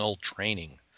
training